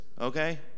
okay